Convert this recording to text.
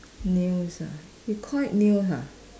nails ah you call it nail ha